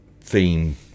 theme